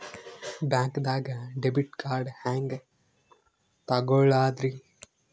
ಬ್ಯಾಂಕ್ದಾಗ debit card ಹೆಂಗ್ ತಗೊಳದ್ರಿ?